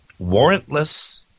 warrantless